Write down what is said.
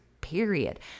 period